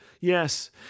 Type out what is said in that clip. Yes